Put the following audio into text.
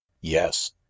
yes